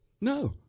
No